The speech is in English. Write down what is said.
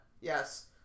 Yes